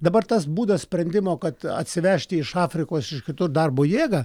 dabar tas būdas sprendimo kad atsivežti iš afrikos iš kitur darbo jėgą